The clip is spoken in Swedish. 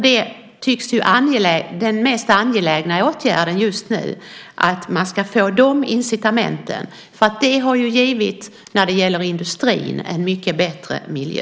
Det tycks vara den mest angelägna åtgärden just nu att man ska få de incitamenten. Det har givit när det gäller industrin en mycket bättre miljö.